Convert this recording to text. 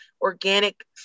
organic